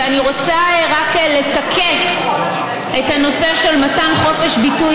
ואני רוצה רק לתקף את הנושא של מתן חופש ביטוי